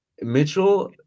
Mitchell